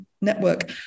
network